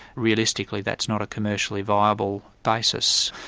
realistically that's not a commercially viable basis.